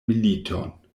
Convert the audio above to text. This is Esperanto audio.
militon